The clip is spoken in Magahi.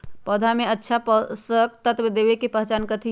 पौधा में अच्छा पोषक तत्व देवे के पहचान कथी हई?